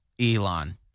Elon